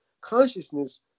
consciousness